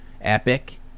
epic